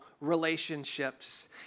relationships